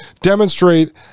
demonstrate